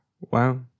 Wow